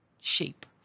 shape